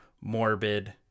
morbid